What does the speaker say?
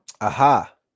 Aha